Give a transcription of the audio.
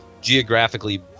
geographically